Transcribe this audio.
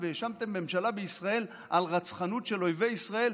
והאשמתם ממשלה בישראל על רצחנות של אויבי ישראל,